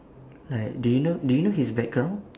like do you know do you know his background